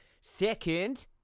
Second